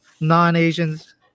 non-Asians